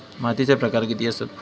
मातीचे प्रकार किती आसत?